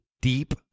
deep